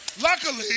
Luckily